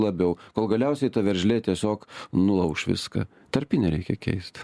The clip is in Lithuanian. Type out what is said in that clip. labiau kol galiausiai ta veržlė tiesiog nulauš viską tarpinę reikia keist